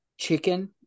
chicken